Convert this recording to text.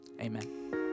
Amen